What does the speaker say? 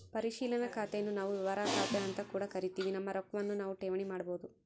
ಪರಿಶೀಲನಾ ಖಾತೆನ್ನು ನಾವು ವ್ಯವಹಾರ ಖಾತೆಅಂತ ಕೂಡ ಕರಿತಿವಿ, ನಮ್ಮ ರೊಕ್ವನ್ನು ನಾವು ಠೇವಣಿ ಮಾಡಬೋದು